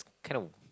kind of